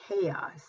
chaos